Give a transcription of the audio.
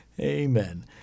Amen